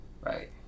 Right